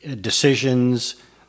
decisions